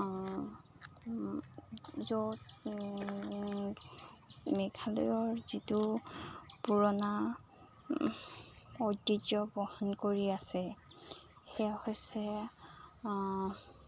য'ত মেঘালয়ৰ যিটো পুৰণা ঐতিহ্য বহন কৰি আছে সেয়া হৈছে